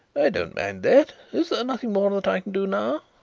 i don't mind that. is there nothing more that i can do now?